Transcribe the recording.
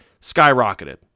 Skyrocketed